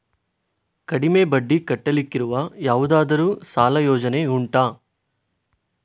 ಕಡಿಮೆ ಬಡ್ಡಿ ಕಟ್ಟಲಿಕ್ಕಿರುವ ಯಾವುದಾದರೂ ಸಾಲ ಯೋಜನೆ ಉಂಟಾ